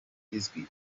izwi